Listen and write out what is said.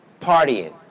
partying